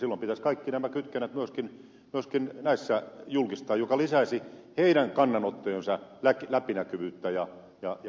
silloin pitäisi kaikki nämä kytkennät myöskin näissä julkistaa mikä lisäisi heidän kannanottojensa läpinäkyvyyttä ja uskottavuutta